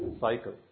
cycle